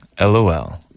LOL